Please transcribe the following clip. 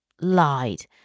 lied